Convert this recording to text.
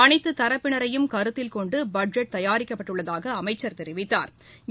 அனைத்து தரப்பினரையும் கருத்தில்கொண்டு பட்ஜெட் தயாரிக்கப்பட்டுள்ளதாக அமைச்சா் தெரிவித்தா்